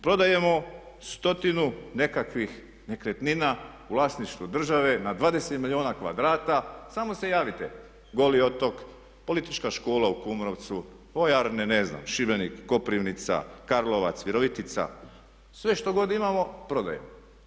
Prodajemo stotinu nekakvih nekretnina u vlasništvu države na 20 milijuna kvadrata, samo se javite, Goli otok, politička škola u Kumrovcu, vojarne Šibenik, Koprivnica, Karlovac, Virovitica, sve što god imamo prodajemo.